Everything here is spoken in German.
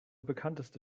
bekannteste